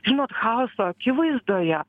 žinot chaoso akivaizdoje